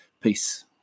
Peace